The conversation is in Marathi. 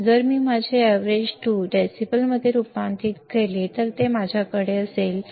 जर मी माझे Av2 डेसिबलमध्ये रूपांतरित केले तर माझ्याकडे असेल 20 log 4